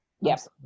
Yes